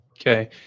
Okay